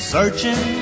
Searching